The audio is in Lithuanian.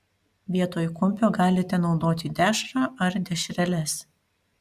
vietoj kumpio galite naudoti dešrą ar dešreles